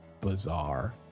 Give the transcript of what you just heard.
bizarre